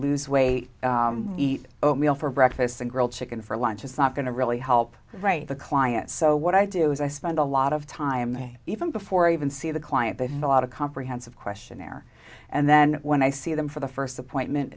lose weight eat oatmeal for breakfast and grilled chicken for lunch it's not going to really help right the client so what i do is i spend a lot of time may even before i even see the client they've bought a comprehensive questionnaire and then when i see them for the first appointment